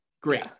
great